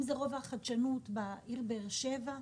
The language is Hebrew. יש גם את רובע החדשנות בעיר באר שבע,